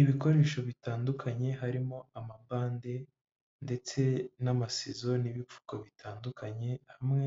Ibikoresho bitandukanye harimo amabande ndetse n'amasizo n'ibipfuko bitandukanye hamwe